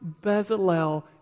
Bezalel